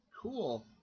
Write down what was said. cool